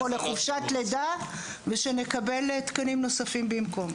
או לחופשת לידה ושאנחנו נקבל תקנים נוספים במקום.